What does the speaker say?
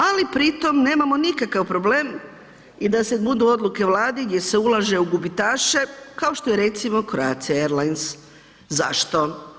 Ali pri tom nemamo nikakav problem i da se budu odluke Vlade gdje se ulaže u gubitaše, kao što je recimo Croatia airlines, zašto?